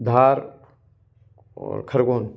धार और खरगोन